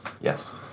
Yes